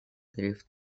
lived